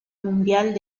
mundial